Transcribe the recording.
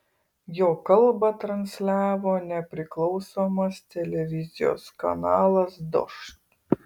jo kalbą transliavo nepriklausomas televizijos kanalas dožd